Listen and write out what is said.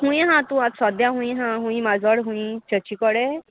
हूंय हा तूं आतां सद्या हुय हा हुंय माजोड हुंय चरची कोडे